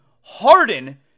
Harden